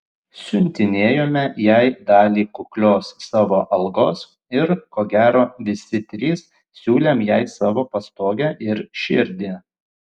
siuntinėjome jai dalį kuklios savo algos ir ko gero visi trys siūlėm jai savo pastogę ir širdį